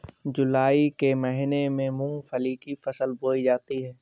जूलाई के महीने में मूंगफली की फसल बोई जाती है